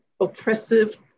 oppressive